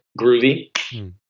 groovy